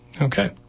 Okay